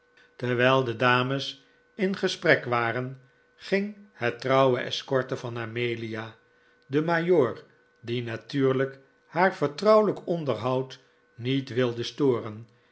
terwijl de dames in gesprek waren ging het trouwe escorte van amelia de majoor die natuurlijk haar vertrouwelijk onderhoud niet wilde storen